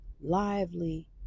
lively